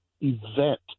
event